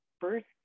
first